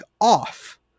off